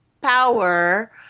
power